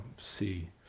see